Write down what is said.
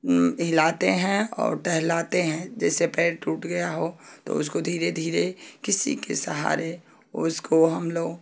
हिलाते हैं और टहलाते हैं जैसे पैर टूट गया हो तो उसको धीरे धीरे किसी के सहारे उसको हम लोग